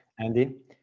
Andy